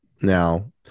Now